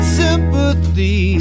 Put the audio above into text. sympathy